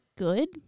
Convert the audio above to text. good